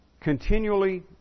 continually